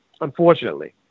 unfortunately